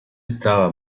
estaba